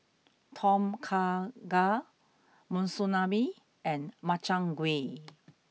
Tom Kha Gai Monsunabe and Makchang Gui